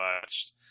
watched